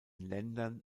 ländern